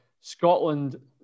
Scotland